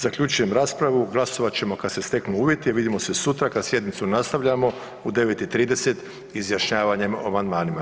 Zaključujem raspravu, glasovat ćemo kad se steknu uvjeti, vidimo se sutra kad sjednicu nastavljamo u 9.30 izjašnjavanjem o amandmanima.